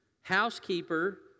housekeeper